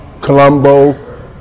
Colombo